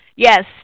Yes